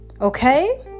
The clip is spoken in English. okay